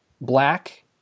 black